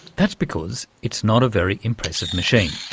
that's because it's not a very impressive machine.